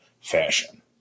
fashion